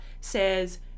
says